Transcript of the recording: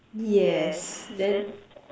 yes then